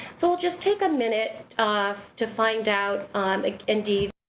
so just take a minute to find out indeed